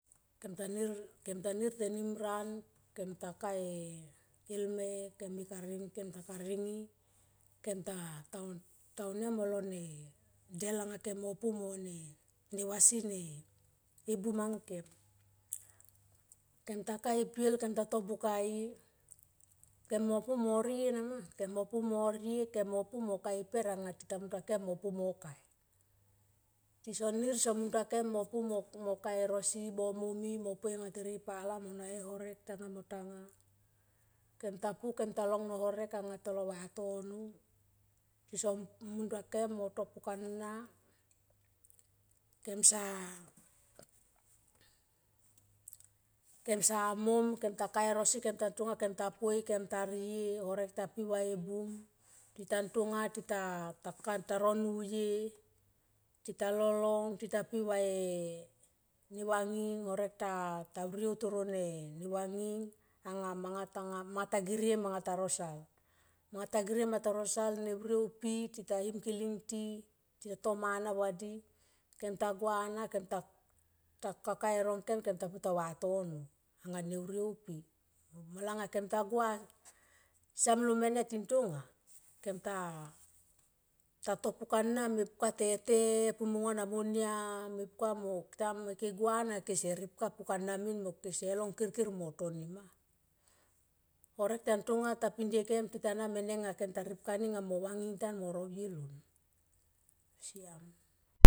Kem ta nir tenim ran kemta ka e elme kem ta karingi kem ta aunia molo ne delanga ike mo pumo ne vasi ne e bum angkem kem ta ka e piel kemta to buka i kemo pu mo rie nama, kem mo pu mo mie kem mopu moka e peranga tita mun tuakem mo pu mo kai e rosi mo momi mo pa anga tere pala mo naha e harek tanga mo tanga kem ta pu kem ta long no horek a tolo vatono tisan mun taukem moto pukana kemsa, kem sa mom kem ta kae rosi kemta poi kemta rle horek topi va e bum tita ntonga taro nuye tita lolong tita pi va e ne vanging horek to vriou taro ne vanging anga manga to girie manga ta rosal, manga ta girie manga ta rosal ne viriou pi ta him kiling ti teta tomana va di kemta gua na kemta kaka erong kem, kem ta pu ta vatono anga ne vriou pi. Malanga kem ta gua siam lo mene tintonga kemta to pukana mepka tete ku mo nia na monia mepka mo tim ke gua na kese ripka pukan min mo kese long kirkir motoni ma. Horek tan ntonga ta pindie kem tita na mene nga kem ta ripkani mo vanging mo rovie ion pe siam.